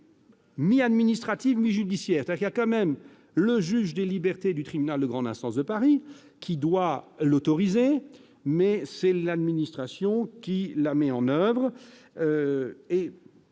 mi-administrative, mi-judiciaire. Le juge des libertés du tribunal de grande instance de Paris doit l'autoriser, mais c'est l'administration qui la met en oeuvre. Par